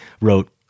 wrote